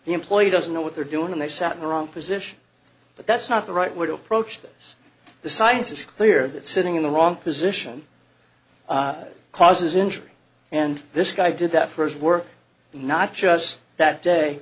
the employee doesn't know what they're doing and they sat in the wrong position but that's not the right way to approach this the science is clear that sitting in the wrong position causes injury and this guy did that first work not just that day